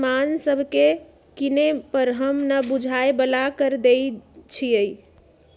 समान सभके किने पर हम न बूझाय बला कर देँई छियइ